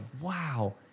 wow